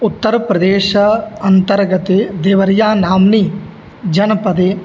उत्तरप्रदेश अन्तर्गते देवर्या नाम्नि जनपदे